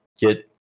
get